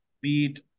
beat